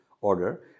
order